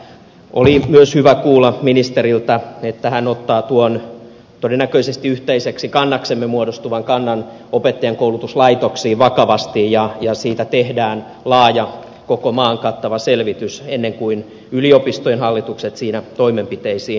oli myös hyvä kuulla ministeriltä että hän ottaa tuon todennäköisesti yhteiseksi kannaksemme muodostuvan kannan opettajankoulutuslaitoksiin vakavasti ja siitä tehdään laaja koko maan kattava selvitys ennen kuin yliopistojen hallitukset siinä toimenpiteisiin ryhtyvät